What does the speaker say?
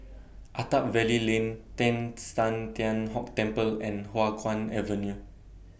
Attap Valley Lane Teng San Tian Hock Temple and Hua Guan Avenue